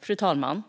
Fru talman!